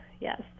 yes